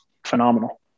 Phenomenal